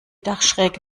dachschräge